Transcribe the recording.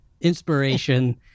inspiration